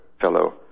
fellow